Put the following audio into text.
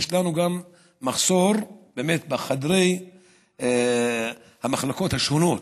יש לנו מחסור גם באמת בחדרי המחלקות השונות